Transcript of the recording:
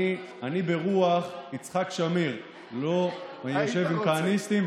אני ברוח יצחק שמיר לא יושב עם כהניסטים,